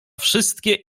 wszystkie